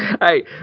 Hey